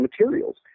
materials